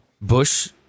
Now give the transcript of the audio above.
Bush